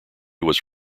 was